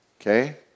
Okay